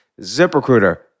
ZipRecruiter